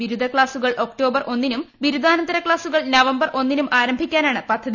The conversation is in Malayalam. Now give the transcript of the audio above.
ബിരുദ ക്സാസുകൾ ഒക്ടോബർ ഒന്നിനും ബിരുദാനന്തര ക്ലാസുകൾ നവംബർ ഒന്നിനും ആരംഭിക്കാനാണ് പദ്ധതി